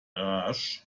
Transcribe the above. rash